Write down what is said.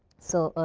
so,